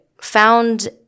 found